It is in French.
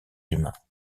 humains